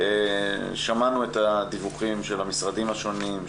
שמענו את הדיווחים של המשרדים השונים,